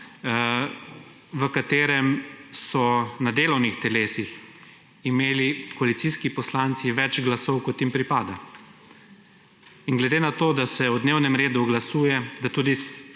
v katerem so na delovnih telesih imeli koalicijski poslanci več glasov kot jim pripada. In glede na to, da se o dnevnem redu glasuje, da tudi